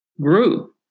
grew